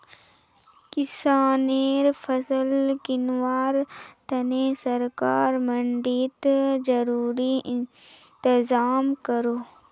किस्सानेर फसल किंवार तने सरकार मंडित ज़रूरी इंतज़ाम करोह